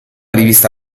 rivista